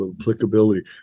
applicability